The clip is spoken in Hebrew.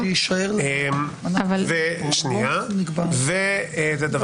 אם יחוקקו חוק, כל חוק שפוגע בזכויות, ויהיה כתוב